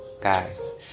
guys